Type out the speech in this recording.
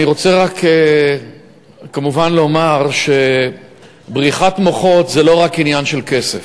אני רוצה רק כמובן לומר שבריחת מוחות זה לא רק עניין של כסף,